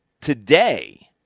today